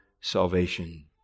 salvation